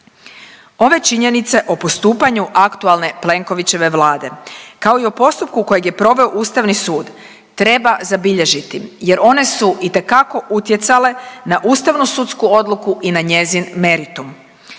Ove činjenice o postupanju aktualne Plenkovićeve Vlade kao i o postupku kojeg je proveo Ustavni sud treba zabilježiti, jer one su itekako utjecale na ustavno-sudsku odluku i na njezin meritum.